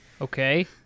okay